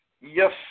Yes